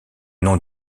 nom